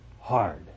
hard